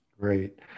great